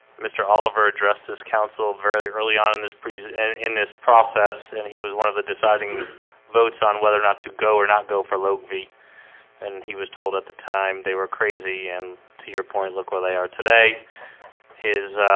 mr oliver address this council very early on in this pre and in this process and he was one of the deciding votes on whether or not to go or not go for lokva and he was told at the time they were crazy and to your point look where they are today his